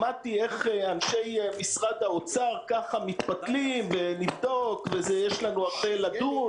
שמעתי איך אנשי משרד האוצר מתפתלים: נבדוק ויש לנו הרבה לדון,